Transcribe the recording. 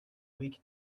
weak